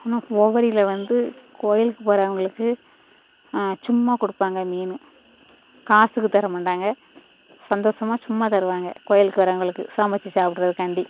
இன்றும் உவரில வந்து கோயிலுக்கு போகிறவங்களுக்கு சும்மா கொடுப்பாங்க மீன் காசுக்கு தர மாட்டாங்க சந்தோஷமா சும்மா தருவாங்க கோயிலுக்கு வரவங்களுக்கு சமைச்சு சாப்பிடுறதுக்காண்டி